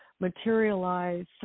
materialize